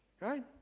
Right